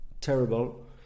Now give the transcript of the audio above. terrible